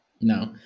No